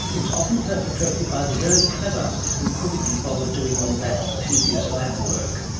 it's often perpetrated by the very clever who couldn't be bothered doing all that tedious lab work.